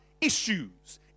issues